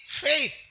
faith